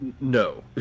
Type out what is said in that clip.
no